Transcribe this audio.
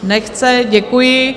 Nechce, děkuji.